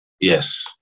Yes